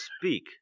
speak